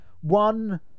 one